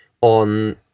on